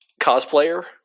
cosplayer